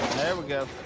there we go.